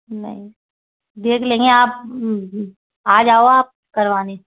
नहीं देख लेंगे आपा आ जाओ आप करवाने